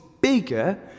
bigger